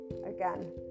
Again